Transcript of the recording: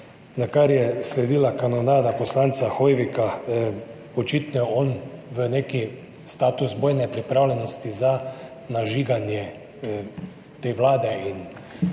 nakar je sledila kanonada poslanca Hoivika. Očitno je on v nekem statusu bojne pripravljenosti za nažiganje te vlade in